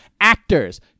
actors